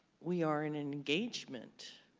we are in an engagement,